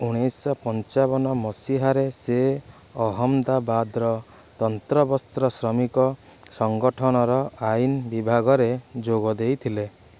ଉଣେଇଶହ ପଞ୍ଚାବନ ମସିହାରେ ସେ ଅହମ୍ମଦାବାଦର ତନ୍ତବସ୍ତ୍ର ଶ୍ରମିକ ସଙ୍ଗଠନର ଆଇନ୍ ବିଭାଗରେ ଯୋଗ ଦେଇଥିଲେ